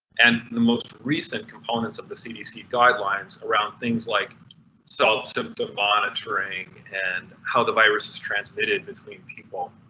and the most recent components of the cdc guidelines around things like self symptom monitoring, and how the virus is transmitted between people.